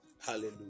Hallelujah